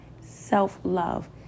self-love